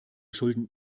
schulden